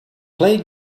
play